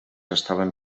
estaven